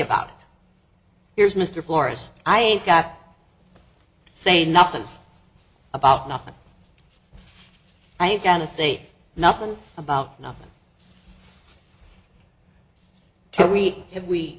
about here's mr florus i ain't gonna say nothing about nothing i ain't gonna say nothing about nothing can we have we